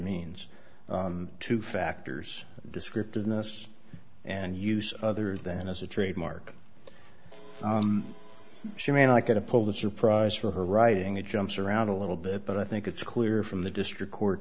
means two factors descriptive in this and use other than as a trademark she may not get a pulitzer prize for her writing it jumps around a little bit but i think it's clear from the district court